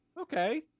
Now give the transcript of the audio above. Okay